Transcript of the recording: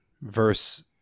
verse